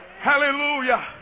Hallelujah